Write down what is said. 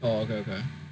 oh okay